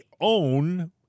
own